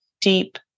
deep